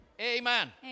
Amen